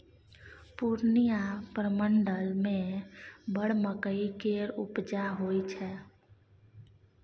पूर्णियाँ प्रमंडल मे बड़ मकइ केर उपजा होइ छै